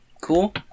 Cool